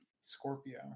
scorpio